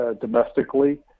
domestically